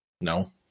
No